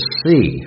see